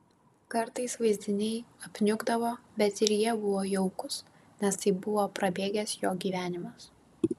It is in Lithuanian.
kartais vaizdiniai apniukdavo bet ir jie buvo jaukūs nes tai buvo prabėgęs jo gyvenimas